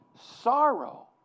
sorrow